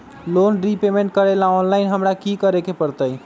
Loan repayment करेला online हमरा की करे के परतई?